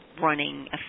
running